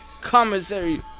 commentary